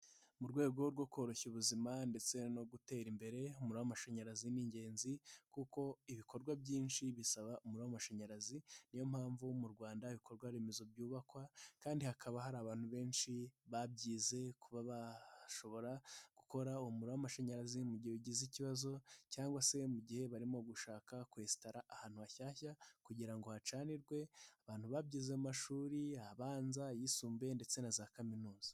Mu rwego rwo koroshya ubuzima ndetse no gutera imbere, umuriro w'amashanyarazi ni ingenzi kuko ibikorwa byinshi bisaba umuriro w'amashanyarazi, niyo mpamvu mu Rwanda ibikorwa remezo byubakwa kandi hakaba hari abantu benshi babyize, kuba bashobora gukora uwo muriro w'amashanyarazi mu gihe ugize ikibazo cyangwa se mu gihe barimo gushaka kwesitara ahantu hashyashya kugira ngo hacanirwe, abantu babyize amashuri, abanza, ayisumbuye ndetse na za kaminuza.